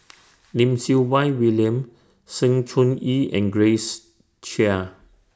Lim Siew Wai William Sng Choon Yee and Grace Chia